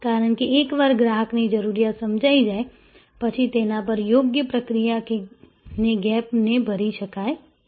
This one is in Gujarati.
કારણ કે એકવાર ગ્રાહક ની જરૂરિયાત સમજાઈ જાય પછી તેના પર યોગ્ય પ્રક્રિયા કરી ને ગેપ ને ભરી શકાય છે